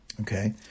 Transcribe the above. Okay